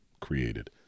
created